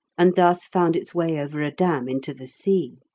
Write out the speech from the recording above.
and thus found its way over a dam into the sea.